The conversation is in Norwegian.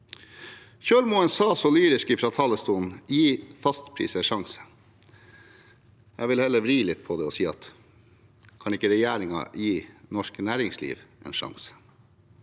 Kjølmoen sa så lyrisk fra talerstolen: «Gi fastpris en sjanse.» Jeg vil heller vri litt på det og si: Kan ikke regjeringen gi norsk næringsliv en sjanse?